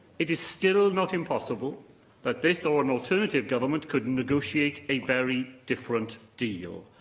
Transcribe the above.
it is still not impossible that this or an alternative government could negotiate a very different deal,